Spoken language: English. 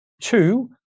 Two